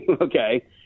okay